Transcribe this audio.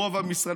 רוב עם ישראל,